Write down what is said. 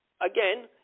again